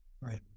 Right